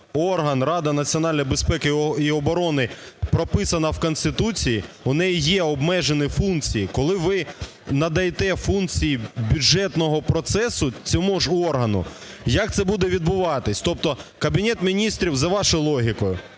орган Рада національної безпеки і оборони прописана в Конституції, у неї є обмежені функції. Коли ви надаєте функції бюджетного процесу цьому ж органу, як це буде відбуватись, тобто Кабінет Міністрів, за вашою логікою,